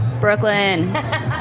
Brooklyn